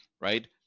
right